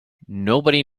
nobody